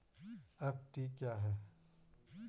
FD क्या है?